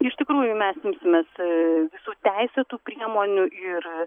iš tikrųjų mes imsimės visų teisėtų priemonių ir